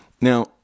Now